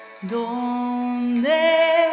Donde